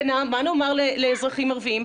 ומה נאמר לאזרחים הערביים?